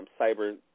Cyber